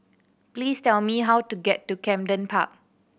please tell me how to get to Camden Park